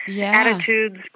attitudes